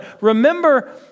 remember